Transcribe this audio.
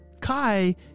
Kai